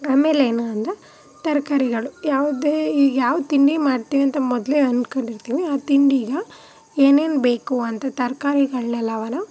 ಆಮೇಲೆ ಏನೆಂದ್ರೆ ತರಕಾರಿಗಳು ಯಾವುದೇ ಈಗ ಯಾವ ತಿಂಡಿ ಮಾಡ್ತೀವಿ ಅಂತ ಮೊದಲೇ ಅಂದ್ಕೊಂಡಿರ್ತೀವಿ ಆ ತಿಂಡಿಗೆ ಏನೇನು ಬೇಕು ಅಂತ ತರಕಾರಿಗಳನ್ನೆಲ್ಲವನು